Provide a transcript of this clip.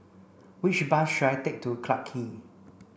which bus should I take to Clarke Quay